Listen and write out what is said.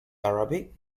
arabic